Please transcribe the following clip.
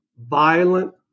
violent